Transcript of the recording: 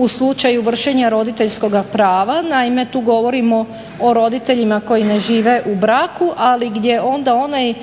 u slučaju vršenja roditeljskoga prava. Naime, tu govorimo o roditeljima koji ne žive u braku, ali gdje onda onaj